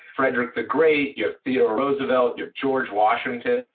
frederick the great, you've theodore roosevelt, you've george washington,